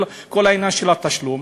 כל העניין של התשלום,